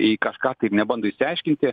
į kažką tai ir nebando išsiaiškinti